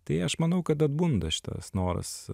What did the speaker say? tai aš manau kad atbunda šitas noras